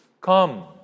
Come